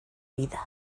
vida